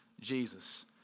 Jesus